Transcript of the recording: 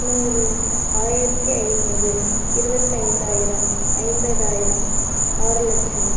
நூறு ஆயிரத்தி ஐநூறு இருபத்தைந்தாயிரம் ஐம்பதாயிரம் ஆறு லட்சம்